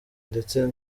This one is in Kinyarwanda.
ndetse